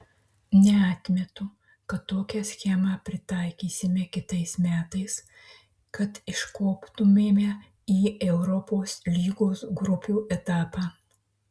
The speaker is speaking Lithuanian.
neatmetu kad tokią schemą pritaikysime kitais metais kad iškoptumėme į europos lygos grupių etapą